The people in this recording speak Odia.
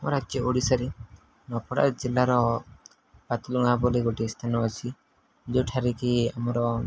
ଆମର ରାଜ୍ୟ ଓଡ଼ିଶାରେ ନୂଆପଡ଼ା ଜିଲ୍ଲାର ପାତିଲୁ ଗାଁ ବୋଲି ଗୋଟିଏ ସ୍ଥାନ ଅଛି ଯେଉଁଠାରେ କିି ଆମର